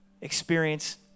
experience